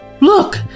Look